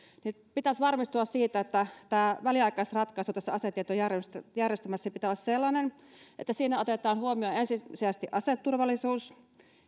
pitäisi varmistua siitä että tämä väliaikaisratkaisu tässä asetietojärjestelmässä on sellainen että siinä otetaan huomioon ensisijaisesti aseturvallisuus